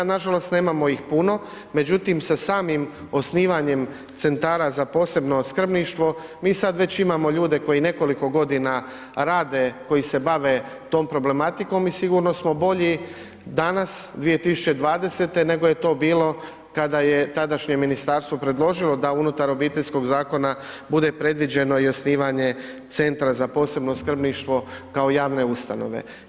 Nažalost nemamo ih puno, međutim sa samim osnivanjem centara za posebno skrbništvo mi sada već imamo ljude koji nekoliko godina rade koji se bave tom problematikom i sigurno smo bolji danas 2020. nego je to bilo kada je tadašnje ministarstvo predložilo da unutar Obiteljskog zakona bude predviđeno i osnivanje Centra za posebno skrbništvo kao javne ustanove.